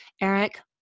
Eric